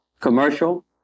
commercial